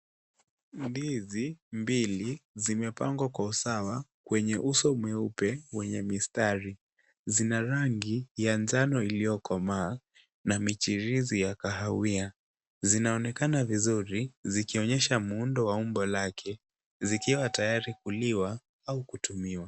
Ndizi mbili zimepangwa kwa usawa kwenye uso mweupe wenye mistari. Zina rangi ya njano iliyokomaa na michirizi ya kahawia zinaonekana vizuri zikionyesha muundo wa umbo lake zikiwa tayari kuliwa au kutumiwa.